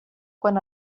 quan